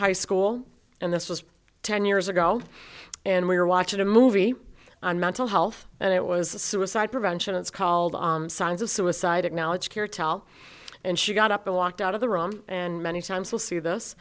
high school and this was ten years ago and we were watching a movie on mental health and it was a suicide prevention it's called signs of suicide acknowledge here tell and she got up and walked out of the room and many times will see this